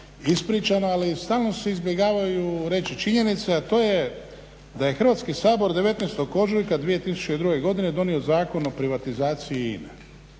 ali stalno se izbjegavaju reći činjenice, a to je da je Hrvatski sabor 19. ožujka 2002. godine donio Zakon o privatizaciji INA-e.